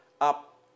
up